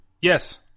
Yes